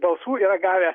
balsų yra gavę